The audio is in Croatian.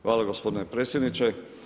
Hvala gospodine predsjedniče.